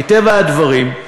מטבע הדברים,